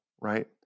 right